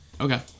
okay